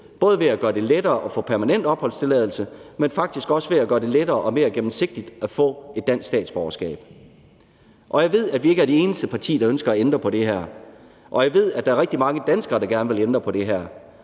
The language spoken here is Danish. både ved at gøre det lettere at få permanent opholdstilladelse, men faktisk også ved at gøre det lettere og mere gennemsigtigt at få et dansk statsborgerskab. Jeg ved, at vi ikke er det eneste parti, der ønsker at ændre på det her, og jeg ved, at der er rigtig mange danskere, der gerne vil ændre på det her.